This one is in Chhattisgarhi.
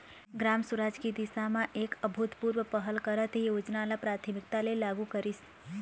ग्राम सुराज की दिशा म एक अभूतपूर्व पहल करत ए योजना ल प्राथमिकता ले लागू करिस